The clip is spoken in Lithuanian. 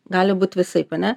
gali būt visaip ane